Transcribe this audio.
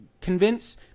convince